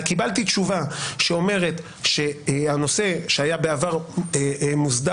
קיבלתי תשובה שאומרת שהנושא שהיה בעבר מוסדר